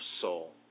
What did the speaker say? soul